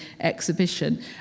exhibition